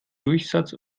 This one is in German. durchsatz